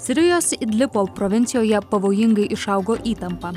sirijos idlibo provincijoje pavojingai išaugo įtampa